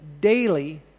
daily